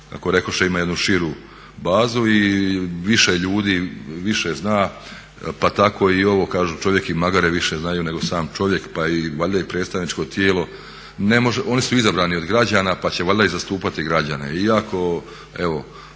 kako rekoše ima jednu širu bazu i više ljudi više zna pa tako i ovo kažu "Čovjek i magare više znaju nego sam čovjek", pa valjda i predstavničko tijelo ne može, oni su izabrani od građana pa će valjda i zastupati građane iako evo